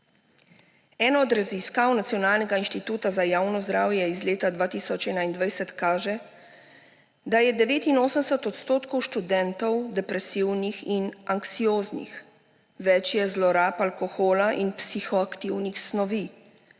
Ena od raziskav Nacionalnega inštituta za javno zdravje iz leta 2021 kaže, da je 89 odstotkov študentov depresivnih in anksioznih. Več je zlorab alkohola in psihoaktivnih snovi.